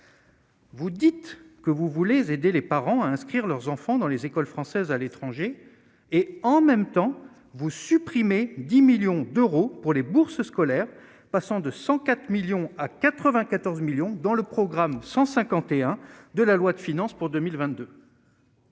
Vous dites que vous voulez aider les parents à inscrire leurs enfants dans les écoles françaises à l'étranger et en même temps vous supprimez 10 millions d'euros pour les bourses scolaires, passant de 104 millions à 94 millions dans le programme 151 de la loi de finances pour 2022.